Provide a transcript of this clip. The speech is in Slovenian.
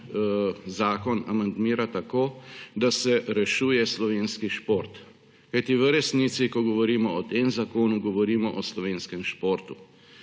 zakon amandmira tako, da se rešuje slovenski šport. Kajti v resnici, ko govorimo o tem zakonu, govorimo o slovenskem športu.